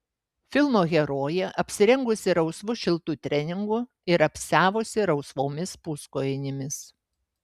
filmo herojė apsirengusi rausvu šiltu treningu ir apsiavusi rausvomis puskojinėmis